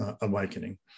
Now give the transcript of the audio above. awakening